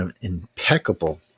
impeccable